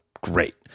great